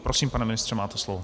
Prosím, pane ministře, máte slovo.